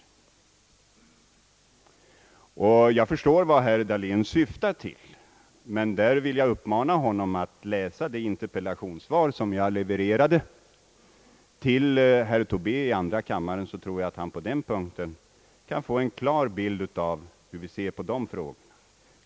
Jag förstår vad herr Dahlén syftar till, och jag vill uppmana honom att läsa det interpellationssvar som jag lämnat herr Tobé i andra kammaren. Jag tror att herr Dahlén av det svaret kan få en klar bild av hur regeringen ser på dessa frågor.